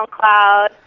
SoundCloud